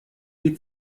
die